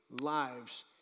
lives